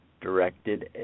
directed